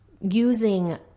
using